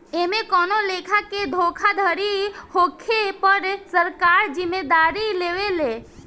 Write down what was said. एमे कवनो लेखा के धोखाधड़ी होखे पर सरकार जिम्मेदारी लेवे ले